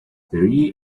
three